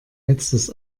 letztes